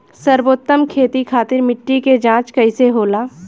सर्वोत्तम खेती खातिर मिट्टी के जाँच कईसे होला?